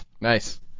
Nice